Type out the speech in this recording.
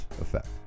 Effect